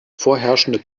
vorherrschende